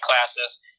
classes